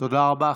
תודה רבה.